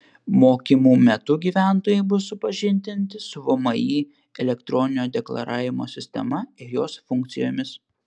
mokymų metu gyventojai bus supažindinti su vmi elektroninio deklaravimo sistema ir jos funkcijomis